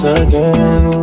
again